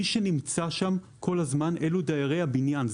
מי שנמצא שם כל הזמן אלה דיירי הבניין.